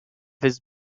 his